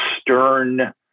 stern